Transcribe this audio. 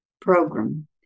program